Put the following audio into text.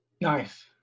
Nice